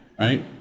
right